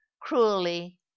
cruelly